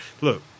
Look